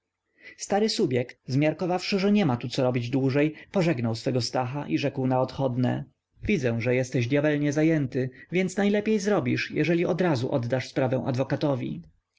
stary subjekt zmiarkowawszy że nie ma tu co robić dłużej pożegnał swego stacha i rzekł na odchodne widzę że jesteś dyabelnie zajęty więc najlepiej zrobisz jeżeli odrazu oddasz sprawę adwokatowi